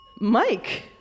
Mike